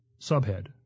Subhead